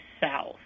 south